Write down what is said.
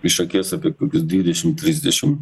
iš akies apie kokius dvidešim trisdešim